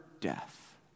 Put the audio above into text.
death